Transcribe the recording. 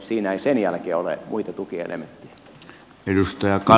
siinä ei sen jälkeen ole muita tukielementtejä